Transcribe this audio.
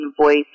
voice